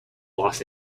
los